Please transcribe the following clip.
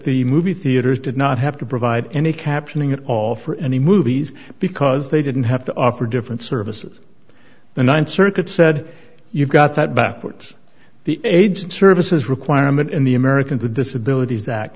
the movie theaters did not have to provide any captioning at all for any movies because they didn't have to offer different services the th circuit said you've got that backwards the agent services requirement in the americans with disabilities act